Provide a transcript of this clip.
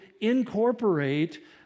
incorporate